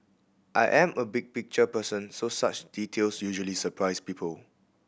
I am a big picture person so such details usually surprise people